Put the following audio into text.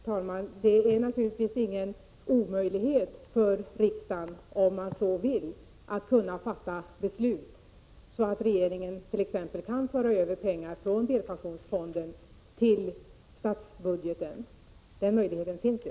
Herr talman! Det är naturligtvis ingen omöjlighet för riksdagen att, om man så vill, fatta beslut så att regeringen kan föra över pengar från delpensionsfonden till statsbudgeten. Den möjligheten finns ju.